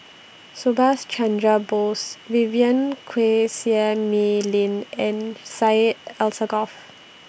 Subhas Chandra Bose Vivien Quahe Seah Mei Lin and Syed Alsagoff